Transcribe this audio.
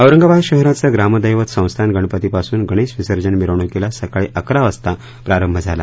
औरंगाबाद शहराचं प्रामदैवत संस्थान गणपतीपासून गणेश विसर्जन मिरवणुकीला सकाळी अकरा वाजता प्रारंभ झाला